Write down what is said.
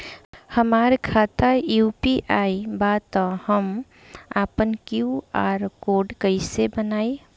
हमार खाता यू.पी.आई बा त हम आपन क्यू.आर कोड कैसे बनाई?